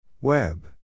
Web